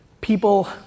people